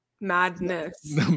Madness